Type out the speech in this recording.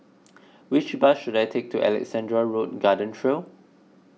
which bus should I take to Alexandra Road Garden Trail